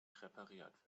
repariert